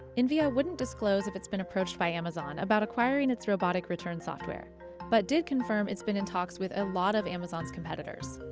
invia wouldn't disclose if it's been approached by amazon about acquiring its robotic return software but did confirm it's been in talks with a lot of amazon's competitors.